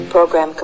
Program